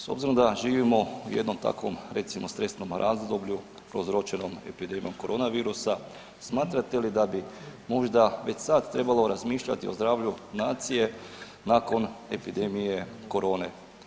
S obzirom da živimo u jednom takvom recimo stresnom razdoblju prouzročenom korona virusa, smatrate li da bi možda već sada trebalo razmišljati o zdravlju nacije nakon epidemije korone?